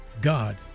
God